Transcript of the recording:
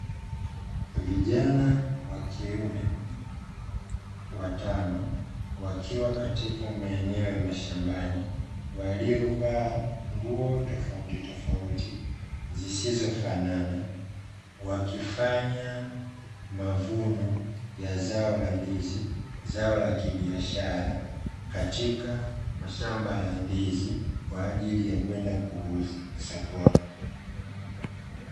Vijana wakiume watano, wakiwa katika maeneo ya mashambani, waliovaa nguo tofautitofauti zisizofanana, wakifanya mavuno ya zao la ndizi la kibiashara katika mashamba ya ndizi kwa ajili ya kwenda kuuza sokoni.